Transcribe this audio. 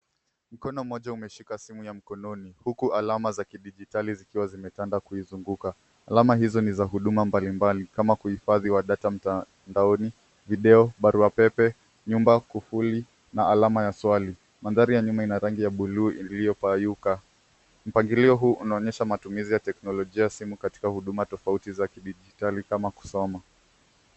Mkono mmoja umeshika simu ya mkononi huku alama za kidijitali zikiwa zimetanda kuizunguka. Alama hizo ni za huduma mbalimbali kama kuhifadhi wa data mtandaoni, video, barua pepe, nyumba ,kufuli na alama ya swali. Mandhari ya nyuma ina rangi ya buluu iliyopauka. Mpangilio huu unaonyesha matumizi ya teknolojia simu katika huduma tofauti za kidijitali kama kusoma.